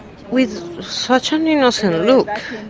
with such an innocent look,